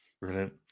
Brilliant